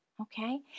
Okay